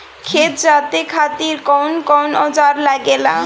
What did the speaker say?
खेत जोते खातीर कउन कउन औजार लागेला?